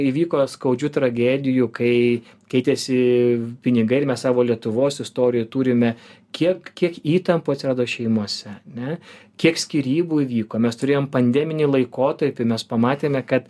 įvyko skaudžių tragedijų kai keitėsi pinigai ir mes savo lietuvos istorijoj turime kiek kiek įtampų atsirado šeimose ne kiek skyrybų įvyko mes turėjom pandeminį laikotarpį mes pamatėme kad